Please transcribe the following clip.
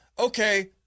Okay